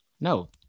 No